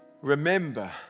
remember